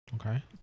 Okay